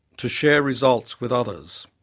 to share results with others.